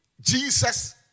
Jesus